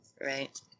right